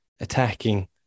attacking